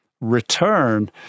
return